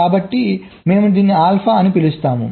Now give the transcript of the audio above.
కాబట్టి మేము దీనిని ఆల్ఫా అని పిలుస్తాము